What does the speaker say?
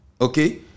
Okay